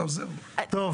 אנחנו